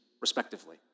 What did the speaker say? respectively